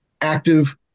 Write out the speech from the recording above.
active